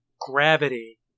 gravity